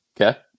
Okay